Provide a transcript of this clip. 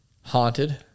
haunted